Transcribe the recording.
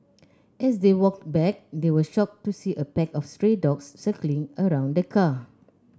as they walked back they were shocked to see a pack of stray dogs circling around the car